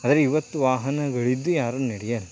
ಆದರೆ ಇವತ್ತು ವಾಹನಗಳಿದ್ದು ಯಾರು ನಡೆಯಲ್ಲ